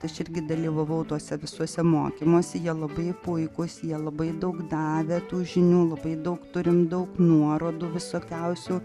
aš irgi dalyvavau tuose visuose mokymuose jie labai puikūs jie labai daug davė tų žinių labai daug turim daug nuorodų visokiausių